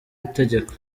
itegeko